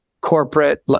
corporate